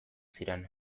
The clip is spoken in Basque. ziren